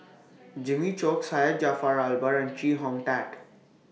Jimmy Chok Syed Jaafar Albar and Chee Hong Tat